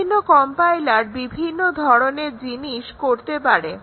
বিভিন্ন কম্পাইলার বিভিন্ন ধরনের জিনিস করতে পারে